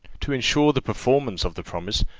to ensure the performance of the promise,